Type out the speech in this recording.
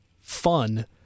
fun